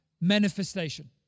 manifestation